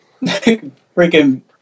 freaking